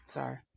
Sorry